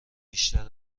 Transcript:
بیشتر